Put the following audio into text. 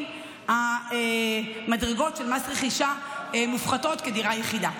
עם מדרגות של מס רכישה מופחתות כדירה יחידה.